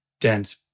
dense